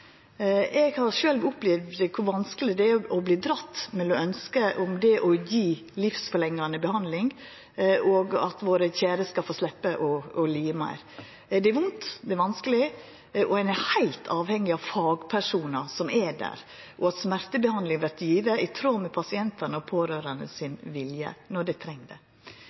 Eg har sjølv opplevd kor vanskeleg det er å verta dratt mellom ønsket om å gje livsforlengande behandling og at våre kjære skal få sleppa å lida meir. Det er vondt, det er vanskeleg, og ein er heilt avhengig av fagpersonar som er der, og at smertebehandling vert gjeve i tråd med pasientane og pårørande si vilje når dei treng det. Eg er oppteken av denne gruppa og vil treffa tiltak, så det